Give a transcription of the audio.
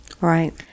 right